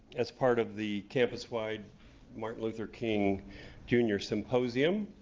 as part of the campuswide martin luther king jr. symposium.